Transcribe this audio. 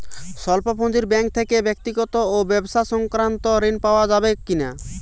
স্বল্প পুঁজির ব্যাঙ্ক থেকে ব্যক্তিগত ও ব্যবসা সংক্রান্ত ঋণ পাওয়া যাবে কিনা?